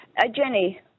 Jenny